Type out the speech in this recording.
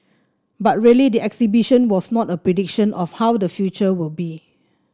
but really the exhibition was not a prediction of how the future will be